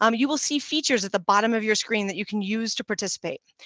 um you will see features at the bottom of your screen that you can use to participate,